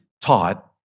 taught